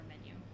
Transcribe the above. menu